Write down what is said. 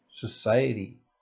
society